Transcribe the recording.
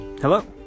Hello